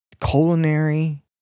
culinary